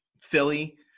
Philly